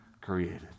created